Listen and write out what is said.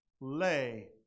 lay